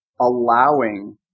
allowing